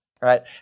right